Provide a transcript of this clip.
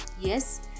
yes